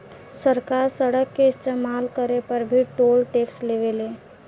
सरकार सड़क के इस्तमाल करे पर भी टोल टैक्स लेवे ले